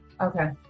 Okay